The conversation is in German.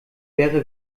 wäre